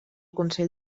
consell